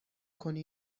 کنی